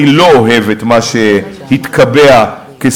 אני לא אוהב את מה שהתקבע כסטטוס-קוו,